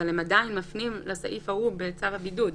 אבל הם עדיין מפנים לסעיף ההוא בצו הבידוד.